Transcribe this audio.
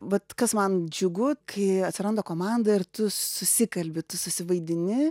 vat kas man džiugu kai atsiranda komanda ir tu susikalbi tu susivaidini